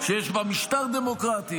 שיש בה משטר דמוקרטי,